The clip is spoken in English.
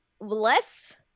Less